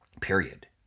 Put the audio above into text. Period